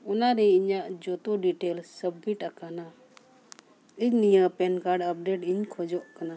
ᱚᱱᱟᱨᱮ ᱤᱧᱟᱹᱜ ᱡᱷᱚᱛᱚ ᱰᱤᱴᱮᱞᱥ ᱥᱟᱵᱽᱢᱤᱴ ᱟᱠᱟᱱᱟ ᱤᱧ ᱱᱤᱭᱟᱹ ᱯᱮᱱ ᱠᱟᱨᱰ ᱟᱯᱰᱮᱴ ᱤᱧ ᱠᱷᱚᱡᱚᱜ ᱠᱟᱱᱟ